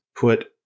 put